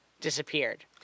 disappeared